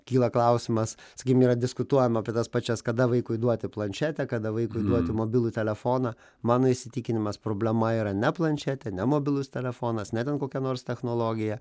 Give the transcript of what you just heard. kyla klausimas sakykim yra diskutuojama apie tas pačias kada vaikui duoti planšetę kada vaikui duoti mobilų telefoną mano įsitikinimas problema yra ne planšetė ne mobilus telefonas ne ten kokia nors technologija